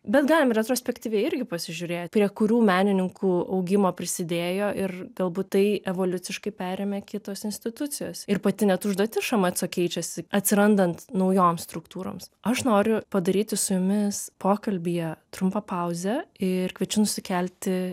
bet galim retrospektyviai irgi pasižiūrėti prie kurių menininkų augimo prisidėjo ir galbūt tai evoliuciškai perėmė kitos institucijos ir pati net užduotis šmc keičiasi atsirandant naujoms struktūroms aš noriu padaryti su jumis pokalbyje trumpą pauzę ir kviečiu nusikelti